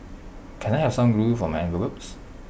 can I have some glue for my envelopes